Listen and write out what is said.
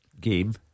game